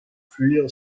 fuir